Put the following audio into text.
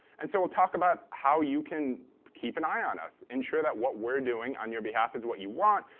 and so we'll talk about how you can keep an eye on us, ensure that what we're doing on your behalf is what you want.